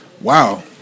Wow